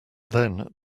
then